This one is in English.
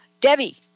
Debbie